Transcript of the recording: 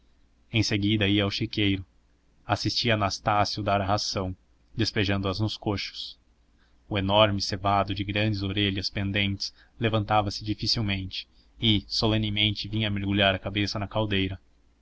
em seguida ia ao chiqueiro assistia anastácio dar a ração despejando a nos cochos o enorme cevado de grandes orelhas pendentes levantava-se dificilmente e solenemente vinha mergulhar a cabeça na caldeira